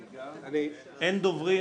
אני מציע,